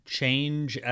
change